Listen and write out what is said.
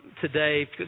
today